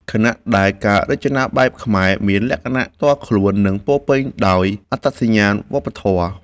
ខណៈដែលការរចនាបែបខ្មែរមានលក្ខណៈផ្ទាល់ខ្លួន និងពោរពេញដោយអត្តសញ្ញាណវប្បធម៌។